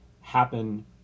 happen